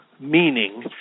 meaning